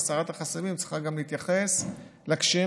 והסרת החסמים צריכה גם להתייחס לקשיים